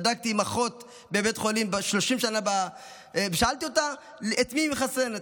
בדקתי עם אחות ש-30 שנה בבית חולים ושאלתי אותה את מי היא מחסנת.